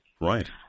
Right